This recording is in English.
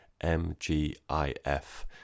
mgif